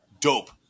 dope